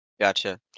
Gotcha